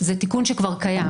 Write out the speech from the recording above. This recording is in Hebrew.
זה תיקון שכבר קיים,